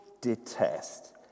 detest